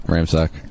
Ramsack